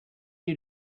you